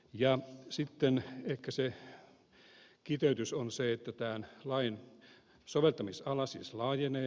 sitten ehkä se kiteytys on se että tämän lain soveltamisala siis laajenee